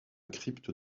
crypte